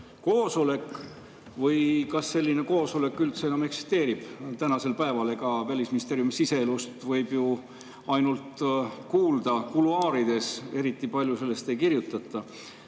koosolek või kas selline koosolek üldse enam eksisteerib tänasel päeval? Välisministeeriumi siseelust võib ju ainult kuulda kuluaarides, eriti palju sellest ei kirjutata.